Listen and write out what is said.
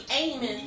aiming